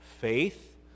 faith